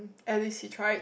at least he tried